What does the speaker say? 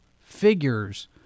figures